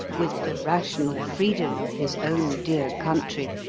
with the rational freedom of his own dear country,